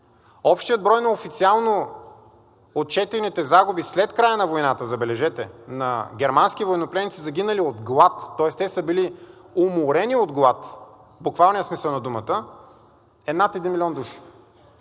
Общият брой на официално отчетените загуби след края на войната, забележете, на германски военнопленници, загинали от глад, тоест те са били уморени от глад в буквалния смисъл на думата, е над 1 милион души.